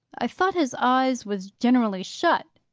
i thought his eyes was generally shut.